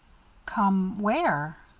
come where?